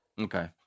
Okay